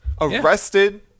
Arrested